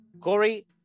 Corey